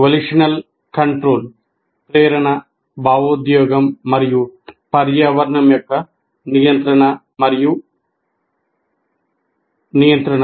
volitional control ప్రేరణ భావోద్వేగం మరియు పర్యావరణం యొక్క నియంత్రణ మరియు నియంత్రణ